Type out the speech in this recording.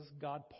God